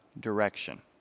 direction